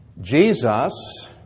Jesus